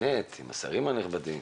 הקבינט והשרים הנכבדים,